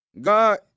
God